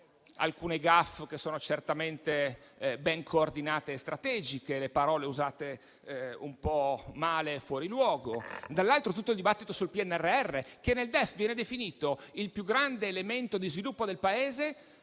alcune *gaffe* certamente ben coordinate e strategiche, le parole usate un po' male e fuori luogo e, dall'altro, tutto il dibattito sul PNRR, che nel DEF viene definito il più grande elemento di sviluppo del Paese,